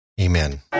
Amen